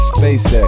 SpaceX